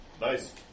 Nice